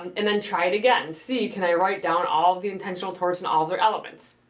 and then try it again. see, can i write down all the intentional torts and all their elements.